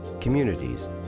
communities